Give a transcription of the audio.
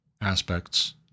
aspects